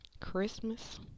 Christmas